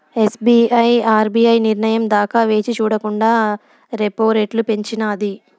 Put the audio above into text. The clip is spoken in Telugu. ఎస్.బి.ఐ ఆర్బీఐ నిర్నయం దాకా వేచిచూడకండా రెపో రెట్లు పెంచినాది